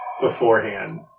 beforehand